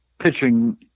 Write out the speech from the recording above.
pitching